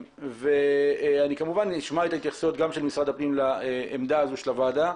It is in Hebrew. אני כמובן אשמע את ההתייחסויות גם של משרד הפנים לעמדה הזאת של הוועדה.